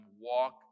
walk